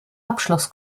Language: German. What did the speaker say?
abschluss